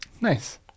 Nice